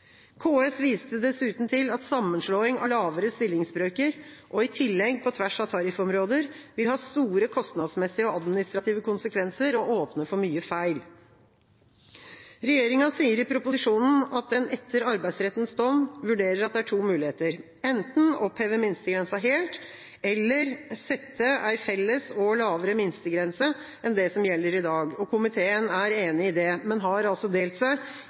KS viste dessuten til at sammenslåing av lavere stillingsbrøker, og i tillegg på tvers av tariffområder, vil ha store kostnadsmessige og administrative konsekvenser og åpne for mye feil. Regjeringa sier i proposisjonen at den etter Arbeidsrettens dom vurderer at det er to muligheter – enten å oppheve minstegrensa helt eller sette en felles og lavere minstegrense enn den som gjelder i dag. Komiteen er enig i det, men har delt seg